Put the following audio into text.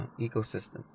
ecosystem